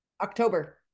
October